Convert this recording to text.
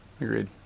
Agreed